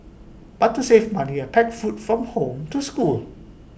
but to save money I packed food from home to school